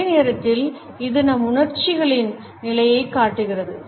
அதே நேரத்தில்இது நம் உணர்ச்சிகின் நிலையைக் காட்டுகிறது